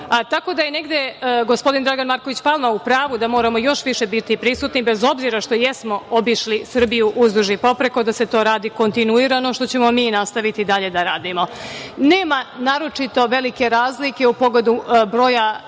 Tako da je negde gospodin Dragan Marković Palma u pravu da moramo još više biti prisutni, bez obzira što jesmo obišli Srbiju uzduž i popreko, da se to radi kontinuirano, što ćemo mi i nastaviti dalje da radimo. Nema naročito velike razlike u pogledu broja